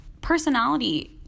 personality